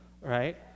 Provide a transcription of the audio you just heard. right